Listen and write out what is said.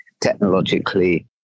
technologically